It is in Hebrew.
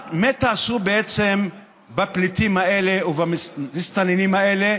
מה תעשו בעצם בפליטים האלה ובמסתננים האלה,